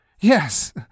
Yes